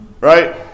right